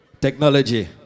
Technology